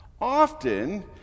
Often